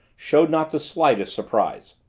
showed not the slightest surprise.